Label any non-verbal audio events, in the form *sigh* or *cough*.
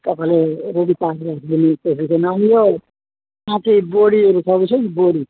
तपाईँले रेडी *unintelligible* साँच्ची बोडीहरू छ कि छैन बोडी